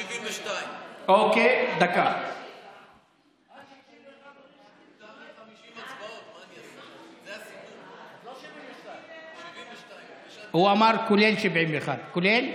72. כולל?